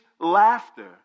laughter